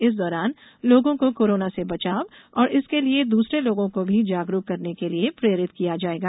इस दौरान लोगों को कोरोना से बचाव और इसके लिये दूसरे लोगों को भी जागरूक करने के लिये प्रेरित किया जाएगा